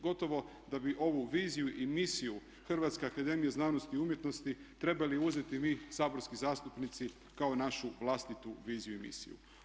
Gotovo da bi ovu viziju i misiju Hrvatske akademije znanosti i umjetnosti trebali uzeti mi saborski zastupnici kao našu vlastitu viziju i misiju.